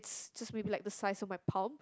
it's just maybe like the size of my palm